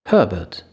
Herbert